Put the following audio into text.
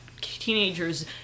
teenagers